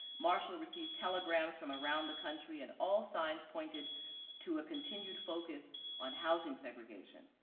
marshall received telegrams from around the country and all signs pointed to a continued focus on housing segregation.